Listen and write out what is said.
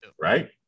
right